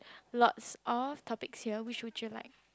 lots of topics here which would you like